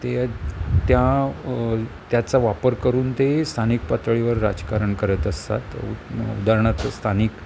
ते त्या त्याचा वापर करून ते स्थानिक पातळीवर राजकारण करत असतात उदाहरणार्थ स्थानिक